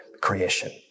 creation